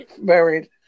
married